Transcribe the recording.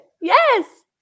Yes